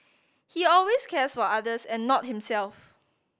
he always cares for others and not himself